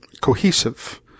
cohesive